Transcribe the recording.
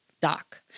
doc